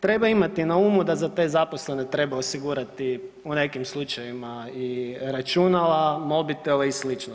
Treba imati na umu da za te zaposlene treba osigurati u nekim slučajevima i računala, mobitele i sl.